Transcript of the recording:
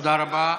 תודה רבה.